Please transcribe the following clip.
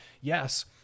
Yes